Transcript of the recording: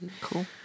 Cool